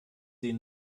sie